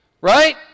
Right